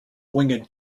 winged